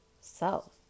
self